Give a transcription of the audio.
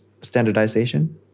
standardization